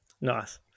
Nice